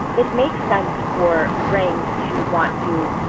it makes sense for rank to want to,